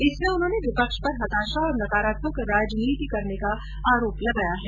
इसमें उन्होंने विपक्ष पर हताशा और नकारात्मक राजनीति करने का आरोप लगाया है